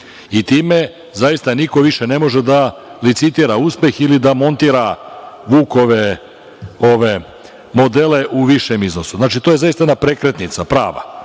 i time, zaista niko više ne može da licitira uspeh ili da montira Vukove modele u višem iznosu. Znači, to je zaista jedna prekretnica prava.